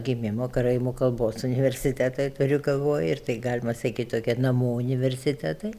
gimimo karaimų kalbos universitetai turiu galvoj ir tai galima sakyt tokie namų universitetai